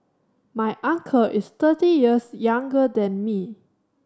my uncle is thirty years younger than me